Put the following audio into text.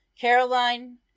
Caroline